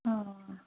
ಹಾಂ